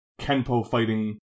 Kenpo-fighting